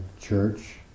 church